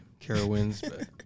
Carowinds